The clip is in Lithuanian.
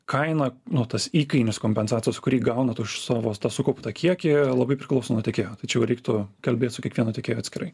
kaina nuo tas įkainis kompensacijos kurį gaunat už savo tą sukauptą kiekį labai priklauso nuo tiekėjo tai čia jau reiktų kalbėt su kiekvienu tiekėju atskirai